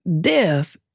Death